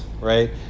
Right